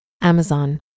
Amazon